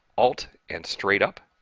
alt and straight up